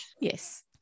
Yes